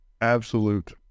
absolute